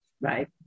Right